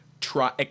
try